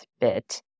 bit